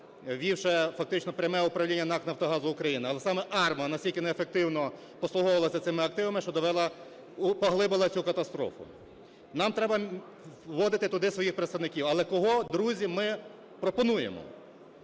ввівши фактично пряме управління НАК "Нафтогазу України". Але саме АРМА настільки неефективно послуговувалася цими активами, що довела… поглибила цю катастрофу. Нам треба вводити туди своїх представників. Але кого, друзі, ми пропонуємо?